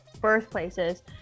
birthplaces